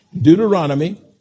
Deuteronomy